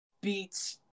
beats